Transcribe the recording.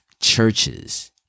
churches